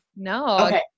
No